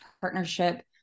partnership